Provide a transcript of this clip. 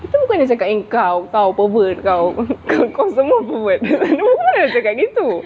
kita bukan cakap yang kau kau pervert kau semua pervert bila masa cakap gitu